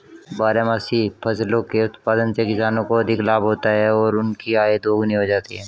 बारहमासी फसलों के उत्पादन से किसानों को अधिक लाभ होता है और उनकी आय दोगुनी हो जाती है